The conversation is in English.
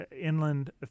Inland